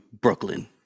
brooklyn